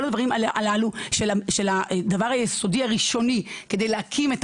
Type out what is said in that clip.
כל הדברים הללו של הדבר היסודי הראשוני כדי להקים את